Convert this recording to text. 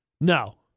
No